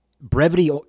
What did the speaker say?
brevity